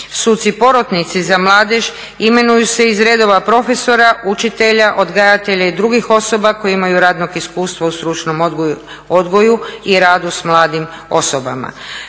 Suci porotnici za mladež imenuju se iz redova profesora, učitelja, odgajatelja i drugih osoba koje imaju radnog iskustva u stručnom odgoju i radu s mladim osobama.